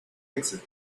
exit